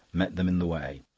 met them in the way.